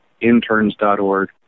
interns.org